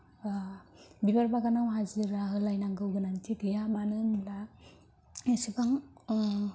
बिबार बागानाव हाजिरा होलायनांगौ गोनांथि गैया मानो होनब्ला इसेबां